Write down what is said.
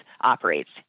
operates